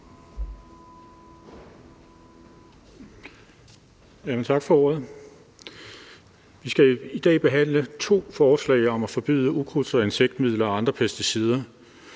Tak for ordet. Vi skal i dag behandle to forslag om at forbyde ukrudts- og insektmidler og andre pesticider,